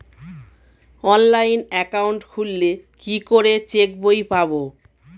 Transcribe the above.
Online account খুললে কি করে চেক বই পাব?